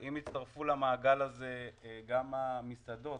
אם יצטרפו למעגל הזה גם המסעדות,